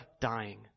dying